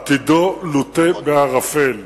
עתידו לוט בערפל,